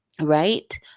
Right